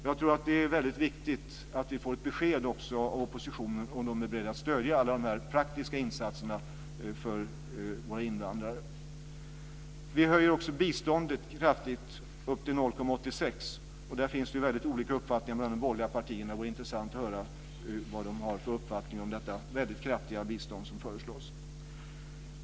Jag tror att det är väldigt viktigt att vi får ett besked från oppositionen om den är beredd att stödja alla dessa praktiska insatser för våra invandrare. Vi höjer också biståndet kraftigt, upp till 0,86 %. Det finns väldigt olika uppfattningar bland de borgerliga partierna om detta, och det vore intressant att höra vad de har för uppfattning om det väldigt kraftiga bistånd som föreslås.